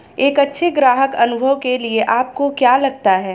एक अच्छे ग्राहक अनुभव के लिए आपको क्या लगता है?